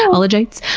ah ologites.